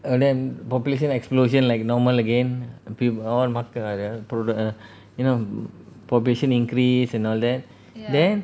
err then population explosion like normal again peop~ all market err exploded err you know population increase and all that then